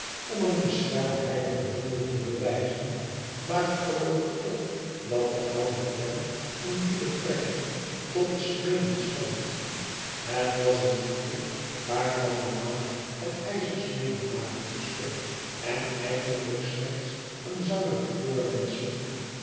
om een beschermheilige hulde te bewijzen maar ik geloof toch dat oude clem in die betrekking tot de smeden stond het was een liedje waarvan de maat het ijzersmeden nabootste en eigenhjk slechts een zangerig voorwendsel